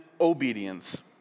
obedience